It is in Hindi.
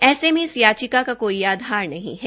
ऐसे में इस याचिका का कोई आधार नहीं है